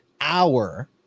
hour